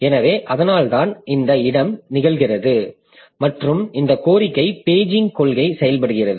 எனவே அதனால்தான் இந்த இடம் நிகழ்கிறது மற்றும் இந்த கோரிக்கை பேஜிங் கொள்கை செயல்படுகிறது